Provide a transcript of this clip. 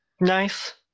Nice